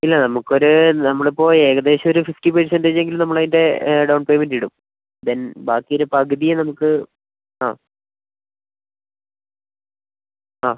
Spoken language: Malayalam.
ഇല്ല നമക്കൊരു നമ്മളിപ്പോൾ ഏകദേശം ഒരു ഫിഫ്റ്റി പേഴ്സൻ്റെജ് എങ്കിലും നമ്മളതിൻറെ ഡൗൺ പേയ്മെൻറ് ഇടും ദെൻ ബാക്കിയൊരു പകുതിയേ നമുക്ക് ആ ആ